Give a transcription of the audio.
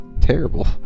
Terrible